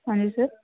ਹਾਂਜੀ ਸਰ